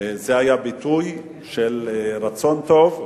זה היה ביטוי של רצון טוב.